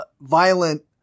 violent